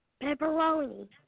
pepperoni